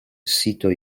sito